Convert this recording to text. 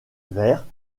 verre